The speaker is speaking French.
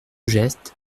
geste